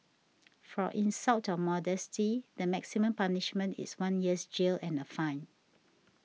for insult of modesty the maximum punishment is one year's jail and a fine